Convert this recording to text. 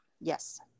Yes